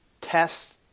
test